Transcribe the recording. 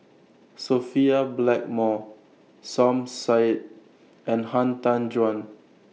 Sophia Blackmore Som Said and Han Tan Juan